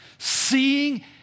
Seeing